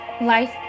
life